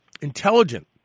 intelligent